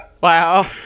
Wow